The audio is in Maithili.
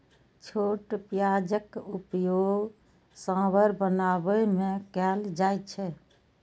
छोट प्याजक उपयोग सांभर बनाबै मे कैल जाइ छै